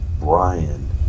Brian